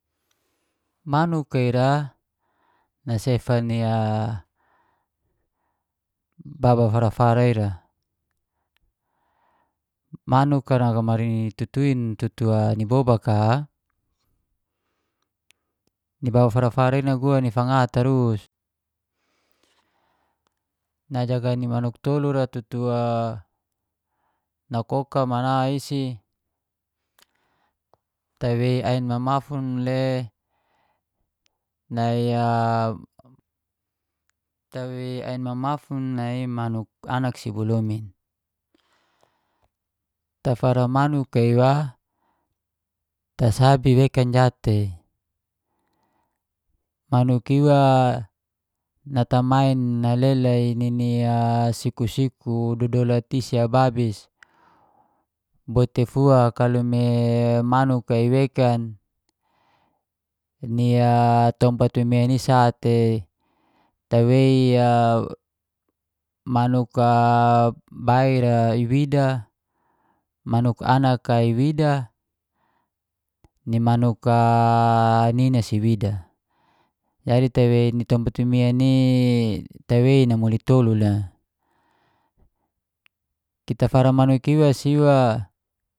Manuk a ira nasifa ni a baba fara-fara ira, manuk nagamari tutuin tutu ni bobak a ni baba fara-fara ira naguan ni fanga tarus. Najaga ni manuk tolur a tutu a, nakoka mana isi, tawei ain mamafun le nai a, tawei ain mamafun nai manuk anak si bo lomin. Tafara manuk a iwa tasabi wekan jatei, manuk iwa natamain nalela i a nini siku-siku dodolat i si ababis. Boit teifua kalau me manuk i wekan ni tompat mimian i sa te tawei manuk baira i wida, wanuk anak a wida ni manuk a wina si wida. Jadi tawei ni tompat mimian i tawei namuli tolu le kita fara manuk iwa siwa.